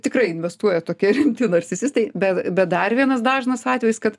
tikrai investuoja tokie rimti narcisistai bet bet dar vienas dažnas atvejis kad